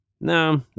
No